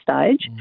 stage